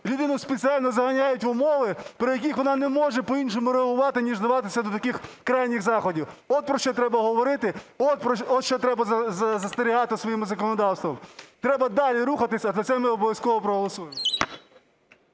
людину спеціально заганяють в умови, при яких вона не може по-іншому реагувати ніж вдаватися до таких крайніх заходів. От про що треба говорити, от що треба застерігати своїм законодавством. Треба далі рухатися. За це ми обов'язково проголосуємо.